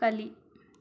ಕಲಿ